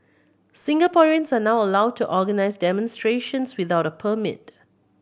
Singaporeans are now allowed to organise demonstrations without a permit